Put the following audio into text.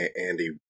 Andy